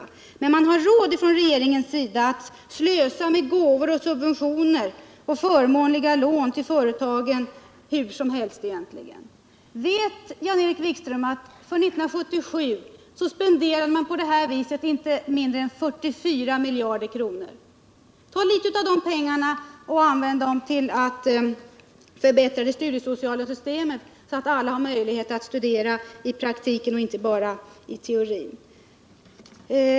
Men regeringen har råd att slösa hur som helst egentligen med gåvor, subventioner och förmånliga lån till företagen. Vet Jan-Erik Wikström att för 1977 spenderades på det viset inte mindre än 44 miljarder kronor? Ta litet av de pengarna och använd dem till att förbättra det studiesociala systemett, så att alla har möjlighet att studera i praktiken och inte bara i teorin!